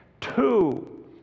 Two